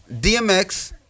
DMX